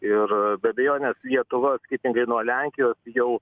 ir be abejonės lietuva skirtingai nuo lenkijos jau